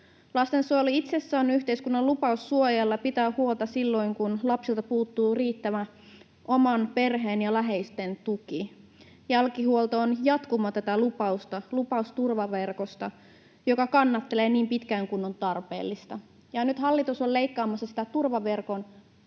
Lastensuojelu itsessään on yhteiskunnan lupaus suojella ja pitää huolta silloin kun lapsilta puuttuu riittävä oman perheen ja läheisten tuki. Jälkihuolto on jatkumo tätä lupausta, lupaus turvaverkosta, joka kannattelee niin pitkään kuin on tarpeellista. Nyt hallitus on leikkaamassa sitä turvaverkon